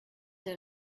der